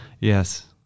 Yes